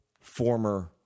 former